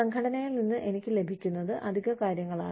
സംഘടനയിൽ നിന്ന് എനിക്ക് ലഭിക്കുന്നത് അധിക കാര്യങ്ങളാണ്